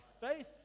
faith